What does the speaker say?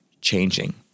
changing